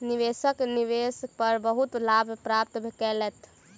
निवेशक निवेश पर बहुत लाभ प्राप्त केलैथ